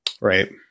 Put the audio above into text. Right